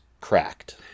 cracked